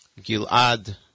Gilad